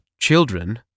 children